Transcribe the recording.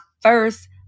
first